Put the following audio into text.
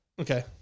Okay